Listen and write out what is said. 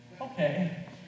okay